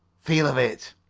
feel of it,